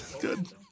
good